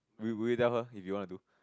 will will you tell her if you want to do